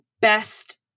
best